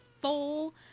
full